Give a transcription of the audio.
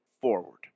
forward